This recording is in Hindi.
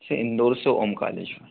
सर इंदौर से ओंकारेश्वर